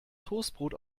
toastbrot